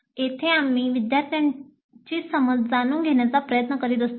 येथे आम्ही विद्यार्थ्यांची समज जाणून घेण्याचा प्रयत्न करीत असतो